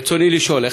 רצוני לשאול: